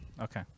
Okay